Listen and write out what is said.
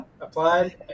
applied